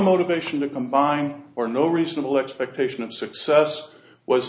motivation to combine or no reasonable expectation of success was